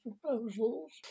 proposals